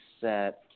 set